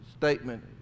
statement